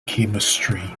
chemistry